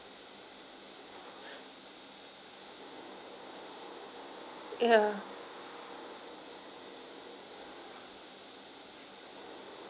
ya